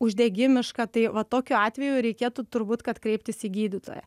uždegimiška tai va tokiu atveju reikėtų turbūt kad kreiptis į gydytoją